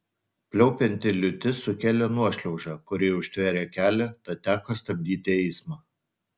pliaupianti liūtis sukėlė nuošliaužą kuri užtvėrė kelią tad teko stabdyti eismą